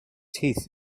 teeth